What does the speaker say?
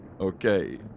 Okay